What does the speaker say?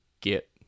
get